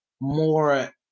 more